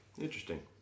Interesting